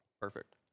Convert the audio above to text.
Perfect